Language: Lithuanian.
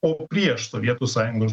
o prieš sovietų sąjungos